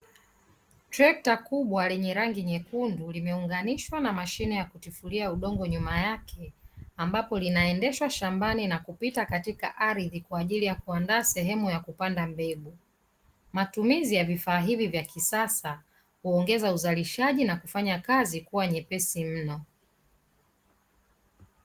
Trekta kubwa lenye rangi nyekundu limeunganishwa na mashine ya kutifulia udongo nyuma yake ambapo linaendeshwa shambani na kupita katika ardhi kwa ajili ya kuandaa sehemu ya kupanda mbegu matumizi ya vifaa hivi vya kisasa huongeza uzalishaji na kufanya kazi kuwa nyepesi mno